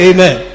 Amen